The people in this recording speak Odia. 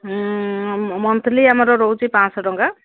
ହୁଁ ମନ୍ଥଲି ଆମର ରହୁଛି ପାଞ୍ଚ ଶହ ଟଙ୍କା